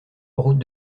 route